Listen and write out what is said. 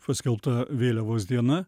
paskelbta vėliavos diena